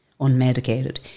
unmedicated